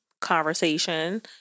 conversation